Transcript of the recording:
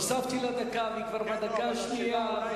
הוספתי לה דקה, והיא כבר בדקה השנייה.